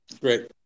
Great